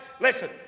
Listen